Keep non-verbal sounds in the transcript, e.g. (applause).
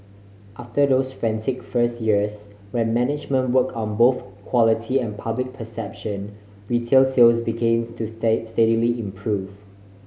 after those frantic first years when management work on both quality and public perception retail sales begins to (unintelligible) steadily improve